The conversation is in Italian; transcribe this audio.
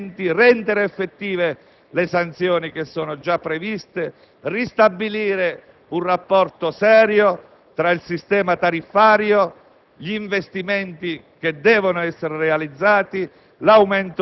parlamentari); rafforzare gli obblighi sugli investimenti; rendere effettive le sanzioni che sono già previste; ristabilire un rapporto serio tra il sistema tariffario,